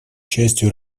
частью